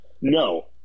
No